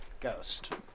Ghost